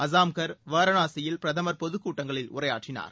அசாம்கர் வாரணாசியில் பிரதமர் பொதுக்கூட்டங்களில் உரையாற்றினார்